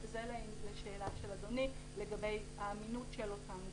זה לשאלה של אדוני לגבי האמינות של אותם גופים.